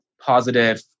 positive